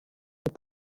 для